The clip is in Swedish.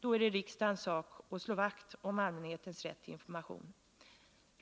Då är det riksdagens sak att slå vakt om allmänhetens rätt till information.